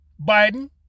Biden